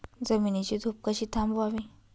जमिनीची धूप कशी थांबवावी?